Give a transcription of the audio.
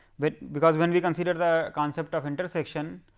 but because when we consider the concept of intersection,